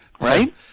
Right